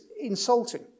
insulting